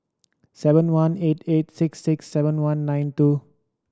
seven one eight eight six six seven one nine two